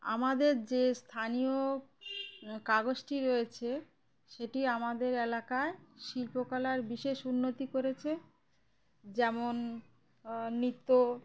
আমাদের যে স্থানীয় কাগজটি রয়েছে সেটি আমাদের এলাকায় শিল্পকলার বিশেষ উন্নতি করেছে যেমন নৃত্য